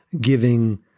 giving